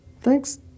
Thanks